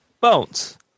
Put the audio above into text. Bones